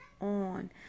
on